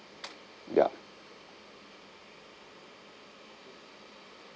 ya